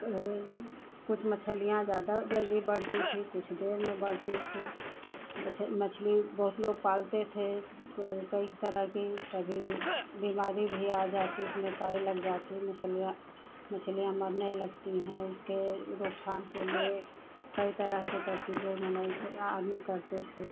तो कुछ मछलियाँ ज़्यादा जल्दी बढ़ती थीं कुछ देर में बढ़ती थीं कुछ मछली बहुत लोग पालते थे कई तरह की कभी बीमारी भी आ जाती उसमें काई लग जाती मछलियाँ मछलियाँ मरने लगती हैं उसकी रोकथाम के लिए कई तरह के तरकीबें माने आदमी करते थे